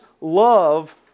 love